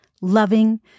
loving